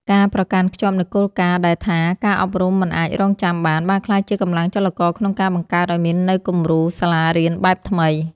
ការប្រកាន់ខ្ជាប់នូវគោលការណ៍ដែលថា «ការអប់រំមិនអាចរង់ចាំបាន» បានក្លាយជាកម្លាំងចលករក្នុងការបង្កើតឱ្យមាននូវគំរូសាលារៀនបែបថ្មី។